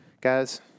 guys